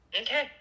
Okay